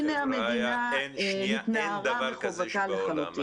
הנה המדינה התנערה מחובתה לחלוטין.